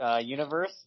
Universe